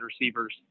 receivers